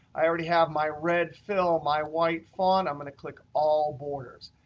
i already have my red fill, my white font. i'm going to click all borders.